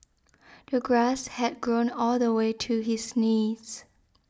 the grass had grown all the way to his knees